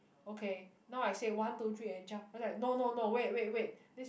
okay now I say one two three and jump then I was like no no no wait wait wait this